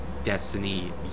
Destiny